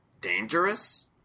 dangerous